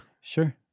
Sure